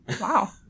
Wow